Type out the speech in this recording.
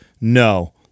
no